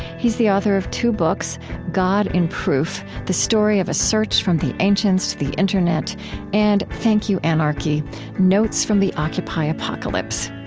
he is the author of two books god in proof the story of a search from the ancients to the internet and thank you, anarchy notes from the occupy apocalypse.